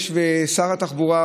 ושר התחבורה,